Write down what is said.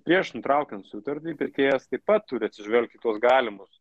prieš nutraukiant sutartį pirkėjas taip pat turi atsižvelgti į tuos galimus